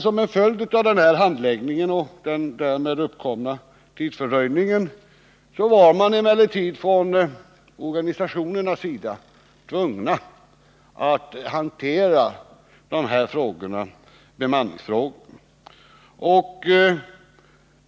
Som en följd av denna handläggning och den därmed uppkomna tidsfördröjningen var man emellertid från organisationernas sida tvungen att hantera bemanningsfrågorna.